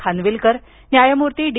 खानविलकर न्यायमूर्ती डी